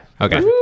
Okay